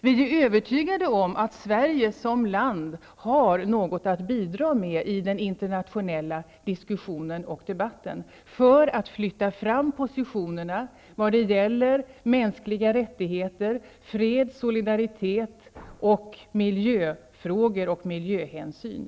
Vi är övertygade om att Sverige som land har något att bidra med i den internationella diskussionen, för att flytta fram positionerna vad gäller mänskliga rättigheter, fred, solidaritet, miljöfrågor och miljöhänsyn.